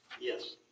yes